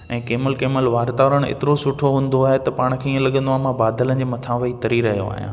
ऐं कंहिं महिल कंहिं महिल वार्तावरणु एतिरो सुठो हूंदो आहे त पाण खे इअं लॻंदो आहे मां बादलनि जे मथां वेहि तरी रहियो आहियां